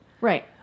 Right